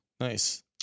Nice